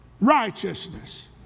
righteousness